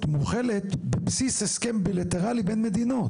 מוחלת על בסיס הסכם בילטרלי בין מדינות,